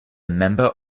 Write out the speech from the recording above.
member